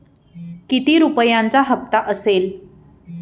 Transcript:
किती रुपयांचा हप्ता असेल?